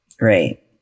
Right